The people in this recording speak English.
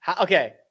Okay